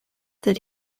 that